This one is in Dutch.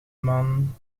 man